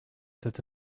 that